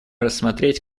рассмотреть